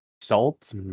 salt